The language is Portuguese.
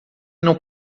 não